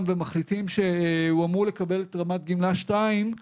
ומחליטים שהוא אמור לקבל את רמת גמלה 2,